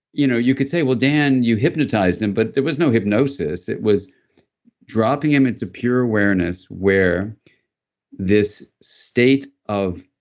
you know you could say, well, dan, you hypnotized him. but there was no hypnosis. it was dropping him into pure awareness where this state of.